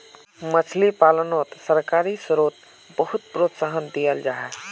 मछली पालानोत सरकारी स्त्रोत बहुत प्रोत्साहन दियाल जाहा